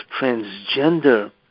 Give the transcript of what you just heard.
transgender